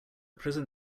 prison